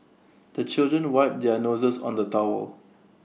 the children wipe their noses on the towel